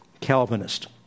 Calvinist